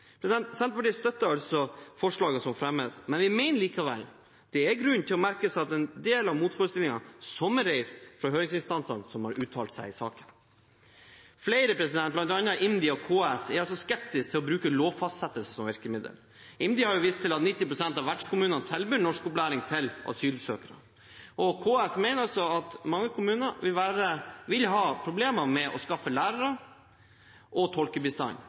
Senterpartiet støtter altså forslagene som fremmes, men vi mener likevel det er grunn til å merke seg en del av motforestillingene som er reist fra høringsinstansene som har uttalt seg i saken. Flere, bl.a. IMDi og KS, er skeptiske til å bruke lovfastsettelse som virkemiddel. IMDi har vist til at 90 pst. av vertskommunene tilbyr norskopplæring til asylsøkere, og KS mener at mange kommuner vil ha problemer med å skaffe lærere og